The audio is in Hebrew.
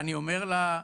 ואני אומר לה: